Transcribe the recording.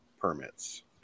permits